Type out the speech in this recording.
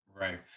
Right